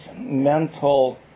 mental